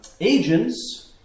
agents